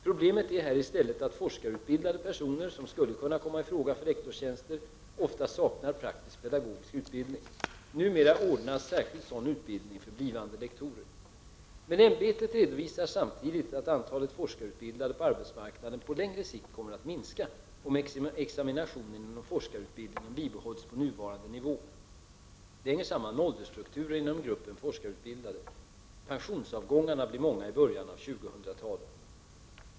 Problemet är här i stället att forskarutbildade personer, som skulle kunna komma i fråga för lektorstjänster, ofta saknar praktisk-pedagogisk utbildning. Numera ordnas särskild sådan utbildning för blivande lektorer. Men UHÄ redovisar samtidigt att antalet forskarutbildade på arbetsmarknaden på längre sikt kommer att minska, om examinationen inom forskarutbildningen bibehålls på nuvarande nivå. Detta hänger samman med åldersstrukturen inom gruppen forskarutbildade. Pensionsavgångarna blir många i början av 2000-talet.